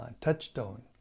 touchstone